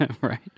Right